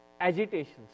agitations